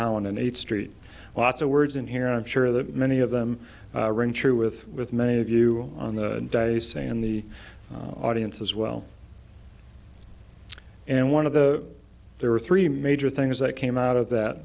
holland and eighth street lots of words in here i'm sure that many of them ring true with with many of you on the day say in the audience as well and one of the there were three major things that came out of that